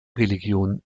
religion